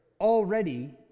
already